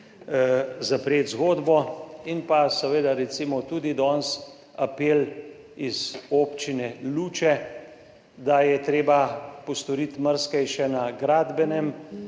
zapreti zgodbo. In seveda recimo tudi danes apel iz Občine Luče, da je treba postoriti marsikaj še na gradbenem